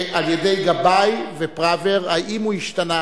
על-ידי גבאי ופראוור, האם הוא השתנה?